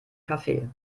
kaffee